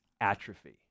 atrophy